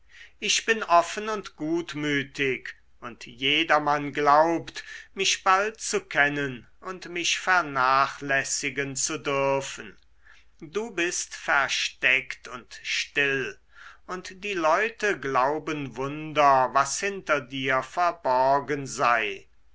ich bin offen und gutmütig und jedermann glaubt mich bald zu kennen und mich vernachlässigen zu dürfen du bist versteckt und still und die leute glauben wunder was hinter dir verborgen sei